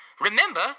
Remember